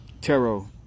Tarot